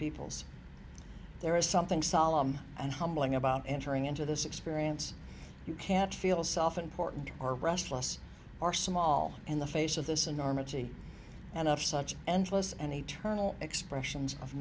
peoples there is something solemn and humbling about entering into this experience you can't feel self important or restless are small in the face of this enormity and of such endless and eternal expressions of